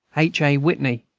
h. a. whttney,